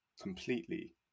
completely